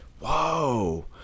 whoa